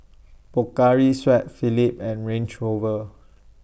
Pocari Sweat Phillips and Range Rover